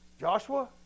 Joshua